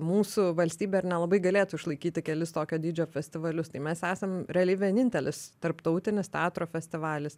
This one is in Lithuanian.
mūsų valstybė ir nelabai galėtų išlaikyti kelis tokio dydžio festivalius tai mes esam realiai vienintelis tarptautinis teatro festivalis